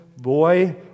boy